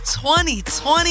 2020